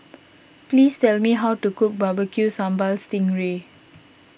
please tell me how to cook Barbecue Sambal Sting Ray